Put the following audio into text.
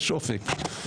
יש אופק...